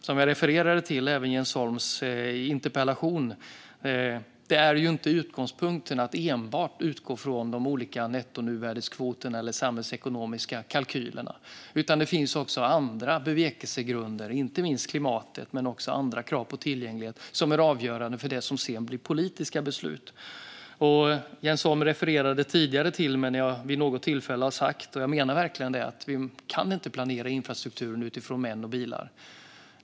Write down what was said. Som både jag själv och Jens Holms interpellation refererade till är utgångspunkten inte att man enbart ska utgå från de olika nettonuvärdeskvoterna eller de samhällsekonomiska kalkylerna, utan det finns också andra bevekelsegrunder, inte minst klimatet men också krav på tillgänglighet, som är avgörande för det som sedan blir politiska beslut. Jens Holm refererade till vad jag vid något tidigare tillfälle har sagt - och jag menar det verkligen - om att vi inte kan planera infrastrukturen utifrån män och bilar.